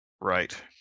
right